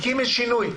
הקים את שינוי.